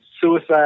suicide